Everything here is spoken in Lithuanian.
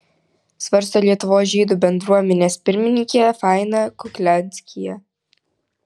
svarsto lietuvos žydų bendruomenės pirmininkė faina kuklianskyje